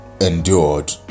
endured